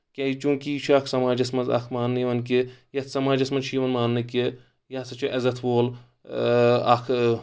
کیٛازِ چوٗنٛکہِ یہِ چھُ اکھ سماجس منٛز اکھ ماننہٕ یِوان کہِ یتھ سماجس منٛز چھُ یِوان ماننہٕ کہِ یہِ ہسا چھُ عزت وول اکھ